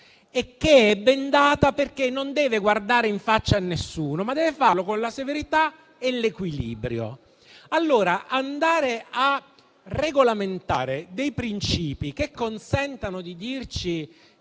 ed è bendata perché non deve guardare in faccia a nessuno, ma deve farlo con severità ed equilibrio. Allora andiamo a regolamentare dei principi che consentano di dirci